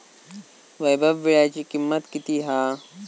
वैभव वीळ्याची किंमत किती हा?